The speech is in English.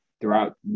throughout